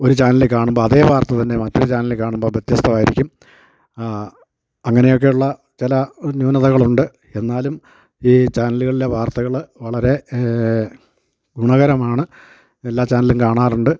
ഒരു ചാനലിൽ കാണുമ്പോൾ അതേ വാർത്തതന്നെ മറ്റൊരു ചാനല് കാണുമ്പോൾ വ്യത്യസ്ഥമായിരിക്കും അങ്ങനെയൊക്കെയുള്ള ചില ന്യൂനതകളുണ്ട് എന്നാലും ഈ ചാനലുകളിലെ വാർത്തകൾ വളരെ ഗുണകരമാണ് എല്ലാ ചാനലും കാണാറുണ്ട്